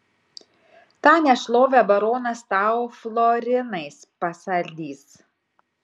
tą nešlovę baronas tau florinais pasaldys